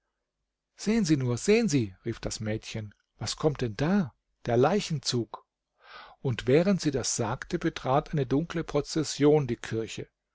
sehen sie nur sehen sie rief das mädchen was kommt denn da der leichenzug und während sie das sagte betrat eine dunkle prozession die kirche